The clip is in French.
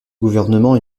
gouvernement